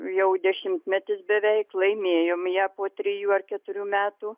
jau dešimtmetis beveik laimėjom ją po trijų ar keturių metų